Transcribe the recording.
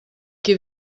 qui